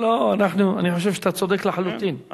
אני חושב שאתה צודק לחלוטין.